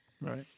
right